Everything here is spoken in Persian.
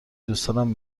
دوستانم